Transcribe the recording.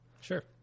Sure